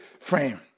frame